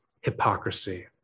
hypocrisy